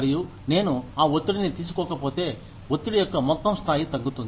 మరియు నేను ఆ ఒత్తిడిని తీసుకోకపోతే ఒత్తిడి యొక్క మొత్తం స్థాయి తగ్గుతుంది